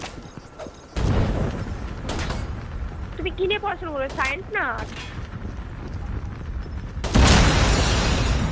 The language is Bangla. ও ও তুমি কী নিয়ে পড়াশোনা করবে সায়েন্স না আর্টস ও